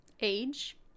Age